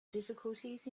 difficulties